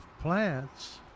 plants